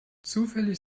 zufällig